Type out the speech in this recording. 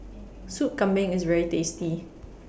Soup Kambing IS very tasty